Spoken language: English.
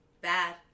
Bad